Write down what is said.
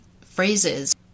phrases